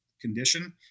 condition